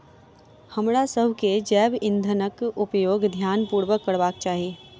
हमरासभ के जैव ईंधनक उपयोग ध्यान पूर्वक करबाक चाही